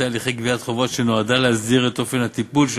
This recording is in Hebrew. הליכי גביית חובות שנועדה להסדיר את אופן הטיפול של